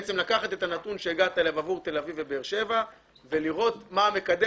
והוא לקחת את הנתון שהגעת אליו עבור תל-אביב ובאר-שבע ולראות מה המקדם